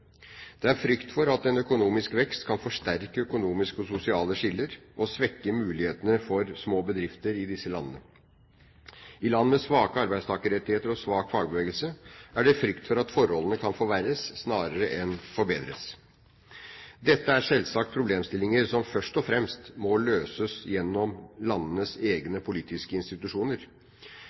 Det er en frykt for at en økonomisk vekst kan forsterke økonomiske og sosiale skiller og svekke mulighetene for små bedrifter i disse landene. I land med svake arbeidstakerrettigheter og svak fagbevegelse er det frykt for at forholdene kan forverres snarere enn forbedres. Dette er selvsagt problemstillinger som først og fremst må løses gjennom landenes egne politiske institusjoner.